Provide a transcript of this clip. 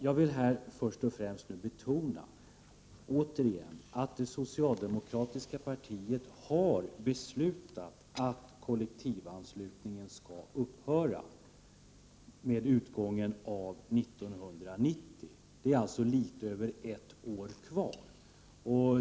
Jag vill först och främst betona, återigen, att det socialdemokratiska partiet har beslutat att kollektivanslutningen skall upphöra med utgången av 1990. Det är alltså litet över ett år kvar.